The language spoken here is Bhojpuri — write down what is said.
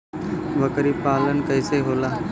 बकरी पालन कैसे होला?